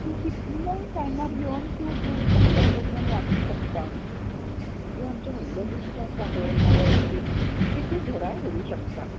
तु कितलेर टायमार येवन तूं बुक्स हांगार बसोन वाचूंक शकता म्हणजे आमचे व्हडले बुक्स आसा पळय नाॅवेल्स बी ते तूं घराय व्हरूंक शकता